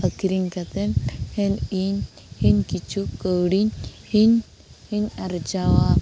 ᱟᱹᱠᱷᱨᱤᱧ ᱠᱟᱛᱮᱫ ᱦᱮᱱ ᱤᱧ ᱤᱧ ᱠᱤᱪᱷᱩ ᱠᱟᱹᱣᱰᱤᱧ ᱤᱧ ᱤᱧ ᱟᱨᱡᱟᱣᱟ